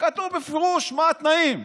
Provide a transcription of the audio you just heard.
כתוב בפירוש מה התנאים.